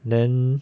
then